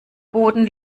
boden